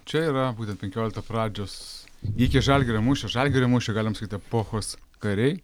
čia yra būtent penkiolikto pradžios iki žalgirio mūšio žalgirio mūšio galim sakyti epochos kariai